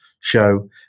show